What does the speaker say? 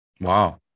wow